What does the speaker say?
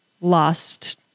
lost